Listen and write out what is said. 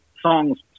songs